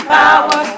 power